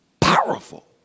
powerful